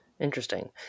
Interesting